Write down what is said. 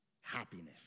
happiness